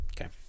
Okay